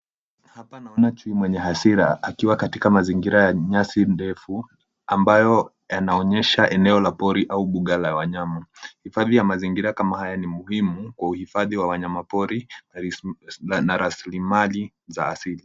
Hapa naona chui mwenye hasira, akiwa katika mazingira ya nyasi ndefu ambayo yanaonyesha eneo la pori, au mbuga la wanyama. Hifadhi ya mazingira kama haya ni muhimu kwa uhifadhi wa wanyama pori na rasilimali za asili.